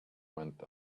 went